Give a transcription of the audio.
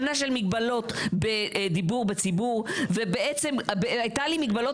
שנה של מגבלות בדיבור בציבור ובעצם היו עליי מגבלות